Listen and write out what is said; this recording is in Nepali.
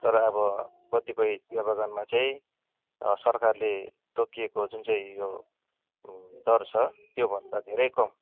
तर अब कतिपय चिया बगानमा चहिँ सरकारले तोकिएको जुन चाहिँ यो दर छ त्योभन्दा धेरै कम